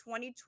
2020